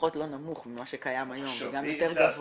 לפחות לא נמוך ממה שקיים היום, גם יותר גבוה,